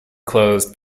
closed